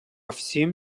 всем